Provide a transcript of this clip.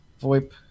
VoIP